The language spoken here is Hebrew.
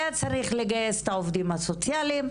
היה צריך לגייס את העובדים הסוציאליים,